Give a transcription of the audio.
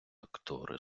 актори